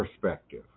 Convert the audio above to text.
perspective